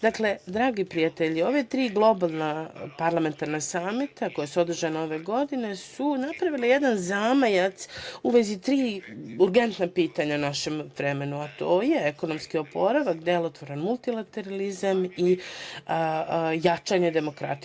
Dakle, dragi prijatelji, ova tri globalna parlamentarna samita koja su održana ove godine su napravila jedan zamajac u vezi tri urgentna pitanja u našem vremenu, a to je ekonomski oporavak, delotvoran multilateralizam i jačanje demokratije.